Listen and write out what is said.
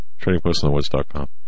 TradingPostInTheWoods.com